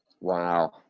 Wow